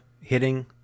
hitting